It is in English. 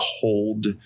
cold